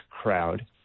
crowd